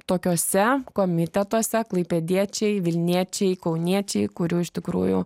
tokiuose komitetuose klaipėdiečiai vilniečiai kauniečiai kurių iš tikrųjų